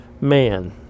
man